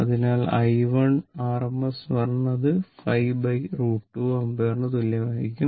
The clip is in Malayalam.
അതിനാൽ i1 rms 5 √ 2 ആമ്പിയറിന് തുല്യമായിരിക്കണം